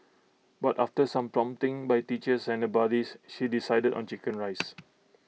but after some prompting by teachers and buddies she decided on Chicken Rice